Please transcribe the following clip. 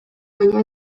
baina